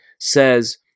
says